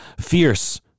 fierce